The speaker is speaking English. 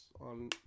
on